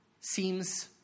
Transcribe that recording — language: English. seems